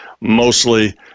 mostly